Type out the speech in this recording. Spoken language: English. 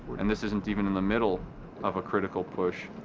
and this isn't even in the middle of a critical push.